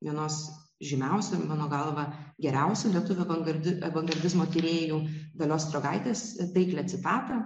vienos žymiausių mano galva geriausia lietuvių avangardi avangardizmo tyrėjų dalios sruogaitės taiklią citatą